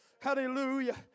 hallelujah